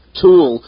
tool